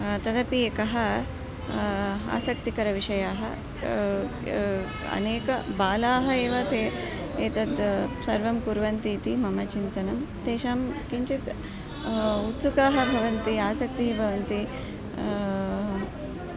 तदपि एकः आसक्तिकरविषयाः अनेक बालाः एव ते एतत् सर्वं कुर्वन्ति इति मम चिन्तनं तेषां किञ्चित् उत्सुकाः भवन्ति आसक्तिः भवन्ति